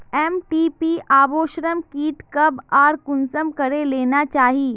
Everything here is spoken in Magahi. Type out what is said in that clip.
एम.टी.पी अबोर्शन कीट कब आर कुंसम करे लेना चही?